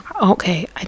okay